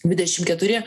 dvidešim keturi